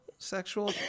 Sexual